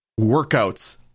workouts